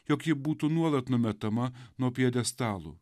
jog ji būtų nuolat numetama nuo pjedestalų